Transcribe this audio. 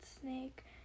snake